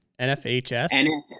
nfhs